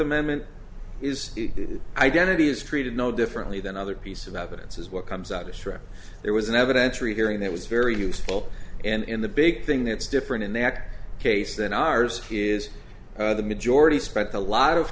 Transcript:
amendment is identity is treated no differently than other piece of evidence is what comes out astray there was an evidentiary hearing that was very useful and in the big thing that's different in that case than ours is the majority spent a lot of